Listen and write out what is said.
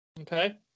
Okay